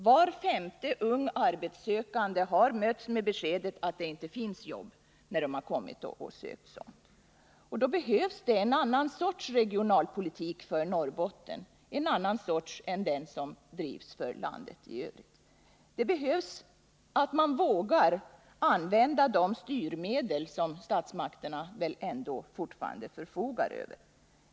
Var femte ung arbetssökande har mötts med beskedet att det inte finns arbete. Då behövs det en annan sorts regionalpolitik för Norrbotten, en annan än den för landet i övrigt. Man måste våga använda de styrmedel som statsmakterna väl ändå fortfarande förfogar över.